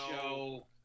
show